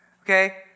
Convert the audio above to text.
Okay